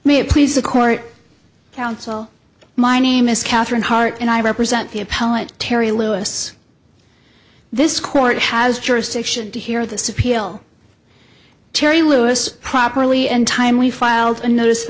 it please the court counsel my name is katherine hart and i represent the appellate terry lewis this court has jurisdiction to hear this appeal terry lewis properly and time we filed a notice